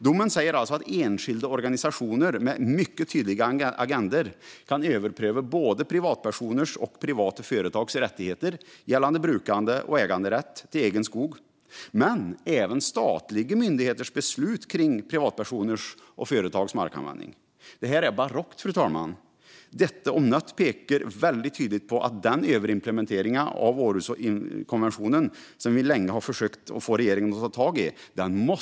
Domen säger alltså att enskilda organisationer med mycket tydliga agendor kan överpröva både privatpersoners och privata företags rättigheter gällande brukande och äganderätt till egen skog - men även statliga myndigheters beslut kring privatpersoners och företags markanvändning. Det är barockt, fru talman. Detta om något pekar mycket tydligt på att man nu måste ta tag i den överimplementering av Århuskonventionen som vi länge har försökt få regeringen att ta tag i.